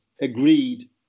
agreed